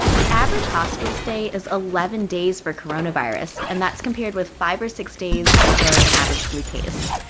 the average hospital stay is eleven days for coronavirus, and that's compared with five or six days for an average flu case.